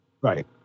Right